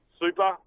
super